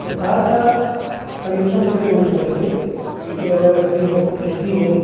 تو کار کا کنڈیشن صحیح ہونا چاہیے سیٹیں وغیرہ صحیح ہو اے سی ہو